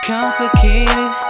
Complicated